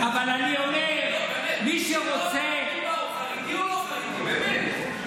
הוא חרדי או לא חרדי באמת,